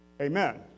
Amen